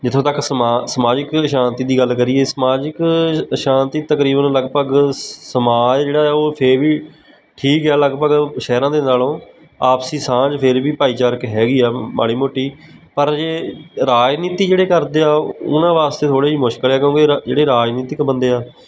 ਜਿੱਥੋਂ ਤੱਕ ਸਮਾ ਸਮਾਜਿਕ ਸ਼ਾਂਤੀ ਦੀ ਗੱਲ ਕਰੀਏ ਸਮਾਜਿਕ ਸ਼ਾਂਤੀ ਤਕਰੀਬਨ ਲਗਭਗ ਸਮਾਜ ਜਿਹੜਾ ਉਹ ਫਿਰ ਵੀ ਠੀਕ ਹੈ ਲਗਭਗ ਸ਼ਹਿਰਾਂ ਦੇ ਨਾਲੋਂ ਆਪਸੀ ਸਾਂਝ ਫਿਰ ਵੀ ਭਾਈਚਾਰਕ ਹੈਗੀ ਆ ਮਾੜੀ ਮੋਟੀ ਪਰ ਜੇ ਰਾਜਨੀਤੀ ਜਿਹੜੇ ਕਰਦੇ ਆ ਉਹਨਾ ਵਾਸਤੇ ਥੋੜ੍ਹੀ ਜਿਹੀ ਮੁਸ਼ਕਿਲ ਆ ਕਿਉਕਿ ਜਿਹੜੇ ਰਾਜਨੀਤਿਕ ਬੰਦੇ ਆ